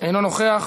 אינו נוכח.